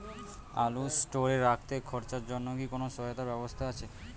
আলু স্টোরে রাখতে খরচার জন্যকি কোন সহায়তার ব্যবস্থা আছে?